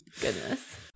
Goodness